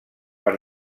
per